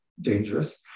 dangerous